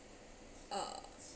uh